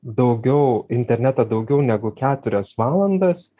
daugiau internetą daugiau negu keturias valandas